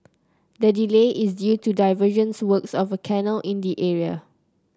the delay is due to diversion works of a canal in the area